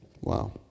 Wow